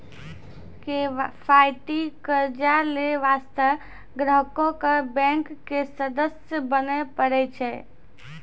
किफायती कर्जा लै बास्ते ग्राहको क बैंक के सदस्य बने परै छै